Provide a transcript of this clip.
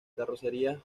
carrocerías